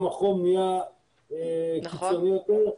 גם החום נהיה קיצוני יותר.